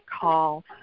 call